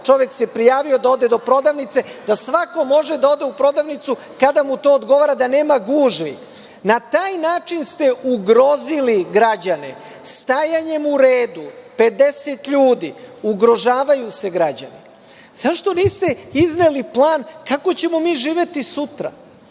čovek se prijavio da ode do prodavnice. Svako bi mogao da ode u prodavnicu kada mu to odgovara i da nema gužvi. Na taj način ste ugrozili građane. Stajanjem u redu od 50 ljudi ugrožavaju se građani.Zašto niste izneli plan kako ćemo mi živeti sutra?